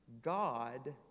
God